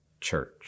church